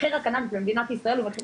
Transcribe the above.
מחיר הקנאביס במדינת ישראל הוא מחיר